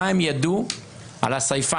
מה הם ידעו על הסייפן?